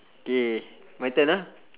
K my turn ah